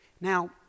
Now